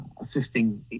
assisting